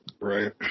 Right